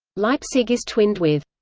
leipzig is twinned with